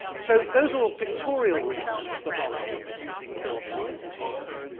so, those are all pictorial reasons for monet using buildings in his work.